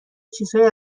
چیزهایی